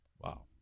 Wow